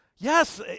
Yes